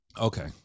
Okay